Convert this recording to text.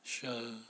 sure